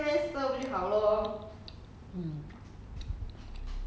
喂不一样感觉 okay